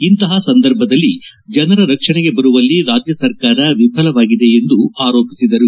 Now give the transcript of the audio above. ಇಂತಹ ಸಂದರ್ಭದಲ್ಲಿ ಜನರ ರಕ್ಷಣೆಗೆ ಬರುವಲ್ಲಿ ರಾಜ್ಯ ಸರ್ಕಾರ ವಿಫಲವಾಗಿದೆ ಎಂದು ಆರೋಪಿಸಿದರು